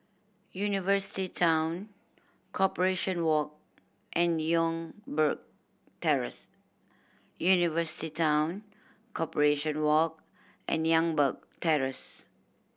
University Town Corporation Walk and Youngberg Terrace University Town Corporation Walk and Youngberg Terrace